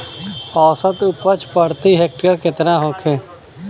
औसत उपज प्रति हेक्टेयर केतना होखे?